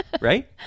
right